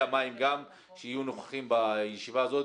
המים גם שיהיו נוכחים בישיבה הזאת.